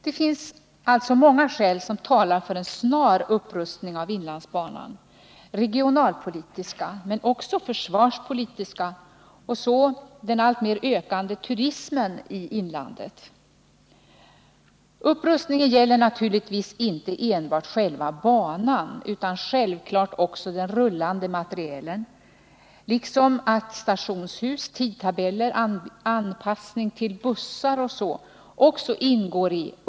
Det finns alltså många skäl som talar för en snar upprustning av inlandsbanan: regionalpolitiska, men också försvarspolitiska, och även den alltmer ökande turismen i inlandet. Upprustningen gäller naturligtvis inte enbart själva banan utan självklart också den rullande materielen, liksom stationshus, tidtabeller och anpassning till bussar m.m.